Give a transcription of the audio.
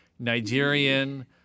Nigerian